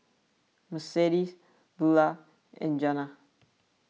Mercedes Bulah and Jana